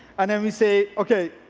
and and we say, okay,